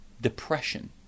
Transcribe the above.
depression